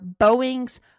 Boeing's